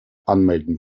anmelden